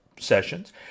sessions